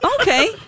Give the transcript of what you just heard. Okay